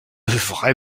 vrais